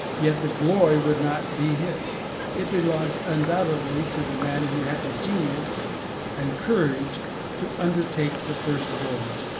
yet the glory would not be his it belongs undoubtedly to the man who had the genius and courage to undertake the first voyage,